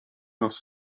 nas